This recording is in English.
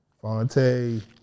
Fonte